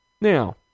Now